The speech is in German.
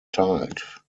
teilt